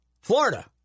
Florida